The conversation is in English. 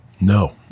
No